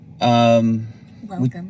welcome